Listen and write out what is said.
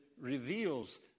reveals